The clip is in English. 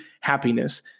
happiness